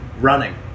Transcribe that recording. running